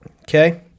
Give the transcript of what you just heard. okay